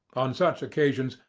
on such occasions,